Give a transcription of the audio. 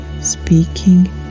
speaking